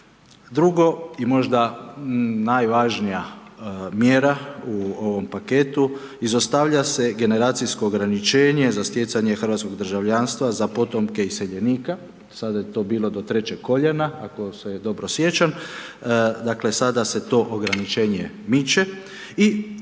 Druga, i možda najvažnija mjera u ovom paketu, izostavlja se generacijsko ograničenje za stjecanje hrvatskog državljanstva za potomke iseljenika, sada je to bilo do 3 koljena, ako se dobro sjećam, dakle, sada se to ograničenje miče i uz